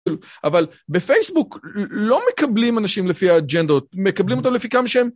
אבל בפייסבוק לא מקבלים אנשים לפי האג'נדות, מקבלים אותם לפי כמה שהם